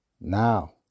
Now